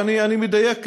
אני מדייק,